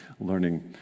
learning